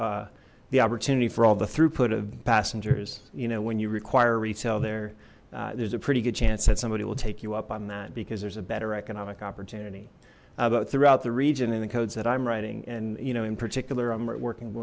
have the opportunity for all the throughput of passengers you know when you require retail there there's a pretty good chance that somebody will take you up on that because there's a better economic opportunity but throughout the region and the codes that i'm writing and you know in particular i'm working